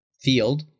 Field